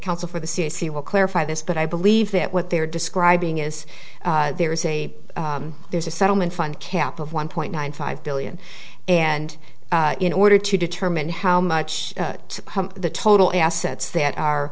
counsel for the c d c will clarify this but i believe that what they're describing is there is a there's a settlement fund cap of one point nine five billion and in order to determine how much the total assets that are